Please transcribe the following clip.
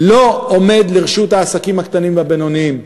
לא עומד לרשות העסקים הקטנים והבינוניים.